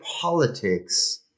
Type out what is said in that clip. politics